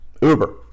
Uber